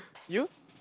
you